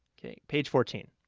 okay, page fourteen.